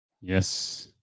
Yes